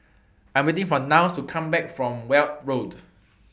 I Am waiting For Niles to Come Back from Weld Road